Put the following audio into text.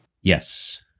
Yes